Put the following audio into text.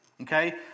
Okay